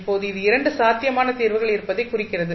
இப்போது இது 2 சாத்தியமான தீர்வுகள் இருப்பதைக் குறிக்கிறது